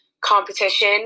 competition